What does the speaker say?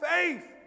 faith